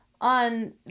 on